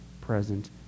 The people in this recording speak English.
present